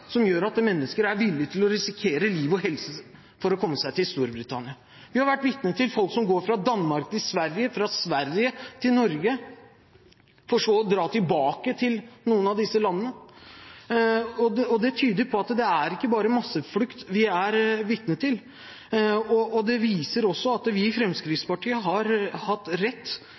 som gjør at mennesker er villige til å risikere liv og helse for å komme seg til Storbritannia? Vi har vært vitne til folk som går fra Danmark til Sverige, fra Sverige til Norge, for så å dra tilbake til noen av disse landene, og det tyder på at det ikke bare er masseflukt vi er vitne til. Det viser også at vi i